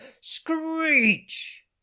screech